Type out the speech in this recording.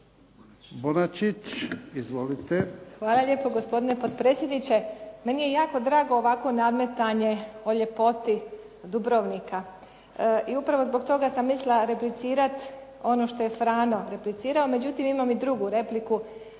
Hvala lijepo gospodine potpredsjedniče, meni je jako drago ovakvo nametanje o ljepoti Dubrovnika. I upravo zbog toga sam mislila replicirati ono što je Frano replicirao, međutim imam i drugu repliku